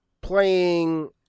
playing